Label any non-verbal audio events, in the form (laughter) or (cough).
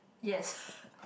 yes (laughs)